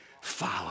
follow